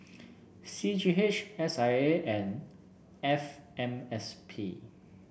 C G H S I A and F M S P